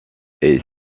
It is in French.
est